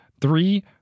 Three